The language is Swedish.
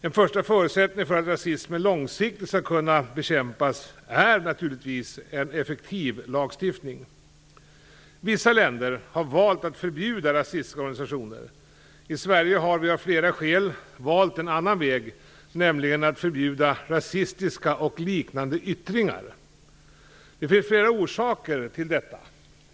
En första förutsättning för att rasismen långsiktigt skall kunna bekämpas är naturligtvis en effektiv lagstiftning. Vissa länder har valt att förbjuda rasistiska organisationer. I Sverige har vi av flera skäl valt en annan väg, nämligen att förbjuda rasistiska och liknande yttringar. Det finns flera orsaker till detta.